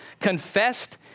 confessed